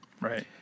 Right